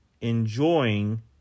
enjoying